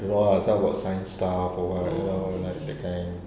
!wah! some about science stuff for awhile you know like that kind